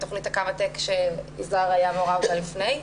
תכנית הקמאטק כשיזהר היה מעורב בה לפני,